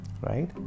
Right